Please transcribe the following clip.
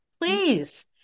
Please